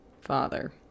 father